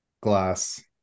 glass